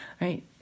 right